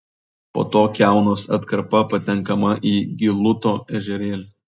po to kiaunos atkarpa patenkama į gilūto ežerėlį